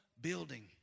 building